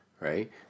right